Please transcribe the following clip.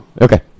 Okay